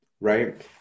right